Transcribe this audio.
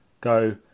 go